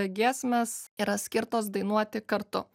giesmės yra skirtos dainuoti kartu